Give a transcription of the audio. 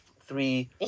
three